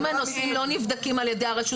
אבל אם הנושאים לא נבדקים על ידי הרשות